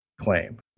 claim